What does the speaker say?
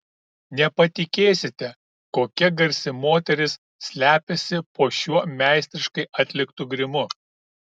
nepatikėsite kokia garsi moteris slepiasi po šiuo meistriškai atliktu grimu